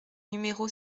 numéro